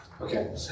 Okay